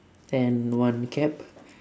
and one cap